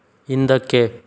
ಹಿಂದಕ್ಕೆ